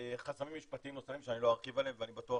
וחסמים משפטיים נוספים שאני לא ארחיב עליהם ואני בטוח